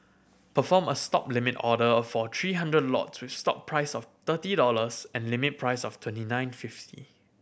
perform a Stop limit order for three hundred lots with stop price of thirty dollars and limit price of twenty nine fifty